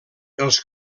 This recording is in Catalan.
els